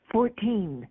Fourteen